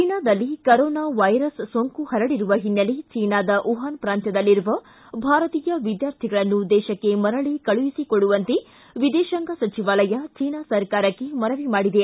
ಚೀನಾದಲ್ಲಿ ಕರೋನಾವೈರಸ್ ಸೋಂಕು ಹರಡಿರುವ ಹಿನ್ನೆಲೆ ಚೀನಾದ ವುಹಾನ ಪ್ರಾಂತ್ವದಲ್ಲಿರುವ ಭಾರತೀಯ ವಿದ್ಯಾರ್ಥಿಗಳನ್ನು ದೇಶಕ್ಕೆ ಮರಳಿ ಕಳುಹಿಸಿಕೊಡುವಂತೆ ವಿದೇತಾಂಗ ಸಚಿವಾಲಯ ಚೀನಾ ಸರ್ಕಾರಕ್ಕೆ ಮನವಿ ಮಾಡಿದೆ